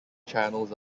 channels